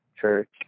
church